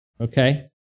Okay